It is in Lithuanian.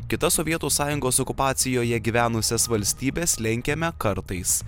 kitas sovietų sąjungos okupacijoje gyvenusias valstybes lenkiame kartais